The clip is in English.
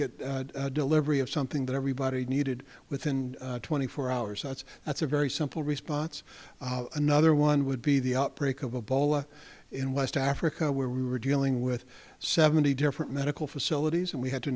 get a delivery of something that everybody needed within twenty four hours that's that's a very simple response another one would be the outbreak of ebola in west africa where we were dealing with seventy different medical facilities and we had to